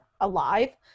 alive